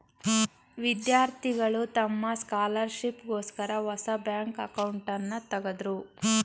ವಿದ್ಯಾರ್ಥಿಗಳು ತಮ್ಮ ಸ್ಕಾಲರ್ಶಿಪ್ ಗೋಸ್ಕರ ಹೊಸ ಬ್ಯಾಂಕ್ ಅಕೌಂಟ್ನನ ತಗದ್ರು